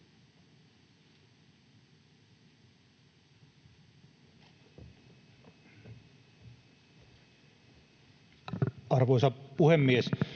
Arvoisa puhemies!